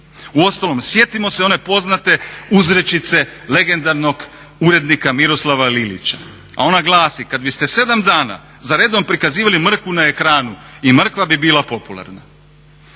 Uostalom sjetimo one poznate uzrečice legendarnog urednika Miroslava Lilića, a ona glasi: "Kada biste 7 dana zaredom prikazivali mrkvu na ekranu i mrkva bi bila popularna.".